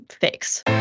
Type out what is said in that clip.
fix